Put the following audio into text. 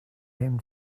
him